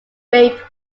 rape